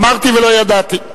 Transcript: אמרתי ולא ידעתי.